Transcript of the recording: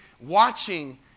watching